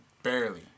Barely